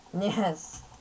Yes